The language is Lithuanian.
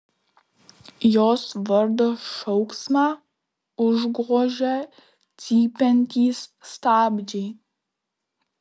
jos vardo šauksmą užgožia cypiantys stabdžiai